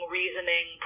reasoning